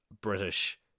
British